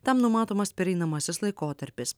tam numatomas pereinamasis laikotarpis